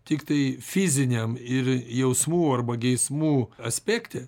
tiktai fiziniam ir jausmų arba geismų aspekte